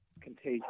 contagious